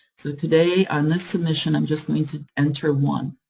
so today, on this submission, i'm just going to enter one.